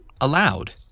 allowed